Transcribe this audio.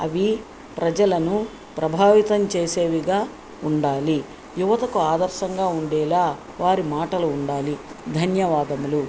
అవి ప్రజలను ప్రభావితం చేసేవిగా ఉండాలి యువతకు ఆదర్శంగా ఉండేలాగ వారి మాటలు ఉండాలి ధన్యవాదములు